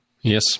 Yes